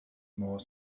more